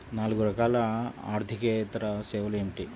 నాలుగు రకాల ఆర్థికేతర సేవలు ఏమిటీ?